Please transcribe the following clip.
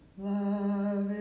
love